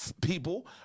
people